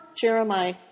Jeremiah